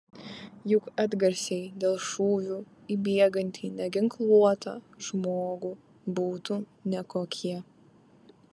juk atgarsiai dėl šūvių į bėgantį neginkluotą žmogų būtų nekokie